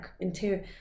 interior